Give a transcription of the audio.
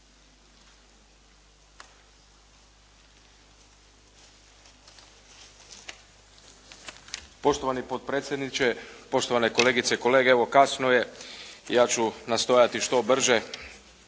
Poštovani potpredsjedniče, poštovane kolegice i kolege, evo kasno je i ja ću nastojati što brže